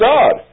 God